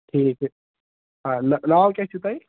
ٹھیٖک ٹھیٖک آ ناو ناو کیٛاہ چھُو تۄہہِ